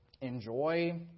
enjoy